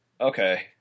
Okay